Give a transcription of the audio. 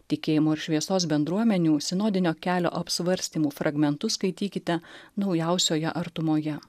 tikėjimo ir šviesos bendruomenių sinodinio kelio apsvarstymų fragmentus skaitykite naujausioje artumoje